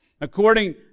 According